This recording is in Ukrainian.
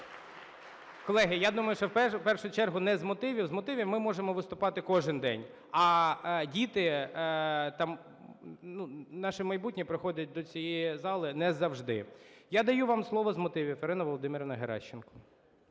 Колеги, я думаю, що в першу чергу не з мотивів. З мотивів ми можемо виступати кожен день, а діти – наше майбутнє - приходять до цієї зали не завжди. Я даю вам слово з мотивів. Ірина Володимирівна Геращенко.